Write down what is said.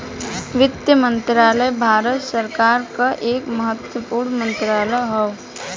वित्त मंत्रालय भारत सरकार क एक महत्वपूर्ण मंत्रालय हौ